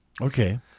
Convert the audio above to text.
Okay